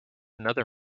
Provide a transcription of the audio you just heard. another